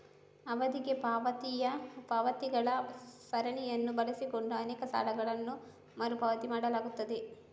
ಅವಧಿಗೆ ಪಾವತಿಗಳ ಸರಣಿಯನ್ನು ಬಳಸಿಕೊಂಡು ಅನೇಕ ಸಾಲಗಳನ್ನು ಮರು ಪಾವತಿ ಮಾಡಲಾಗುತ್ತದೆ